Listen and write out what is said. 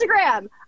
instagram